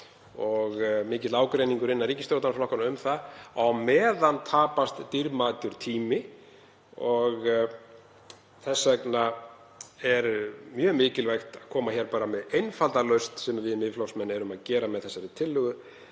og mikill ágreiningur innan ríkisstjórnarflokkanna um það. Á meðan tapast dýrmætur tími og þess vegna er mjög mikilvægt að koma með einfalda lausn, sem við Miðflokksmenn erum að gera með þessari tillögu